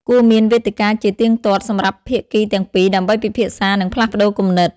គួរមានវេទិកាជាទៀងទាត់សម្រាប់ភាគីទាំងពីរដើម្បីពិភាក្សា និងផ្លាស់ប្តូរគំនិត។